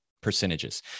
percentages